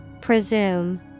Presume